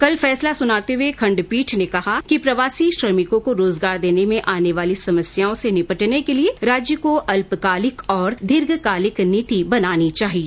कल फैसला सुनाते हुए खंडपीठ ने कहा कि प्रवासी श्रमिको को रोजगार देर्न में आने वाली समस्याओं से निपटने के लिए राज्य को अल्पकालिक और दीर्घकालिक नीति बनानी चाहिए